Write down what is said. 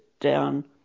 down